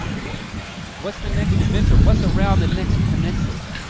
what's what's the next adventure, what's around the next peninsula?